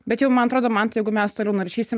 bet jau man atrodo mantai jeigu mes toliau naršysim